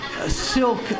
silk